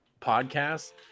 podcast